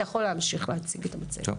אתה יכול להמשיך להציג את המצגת.